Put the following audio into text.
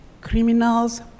criminals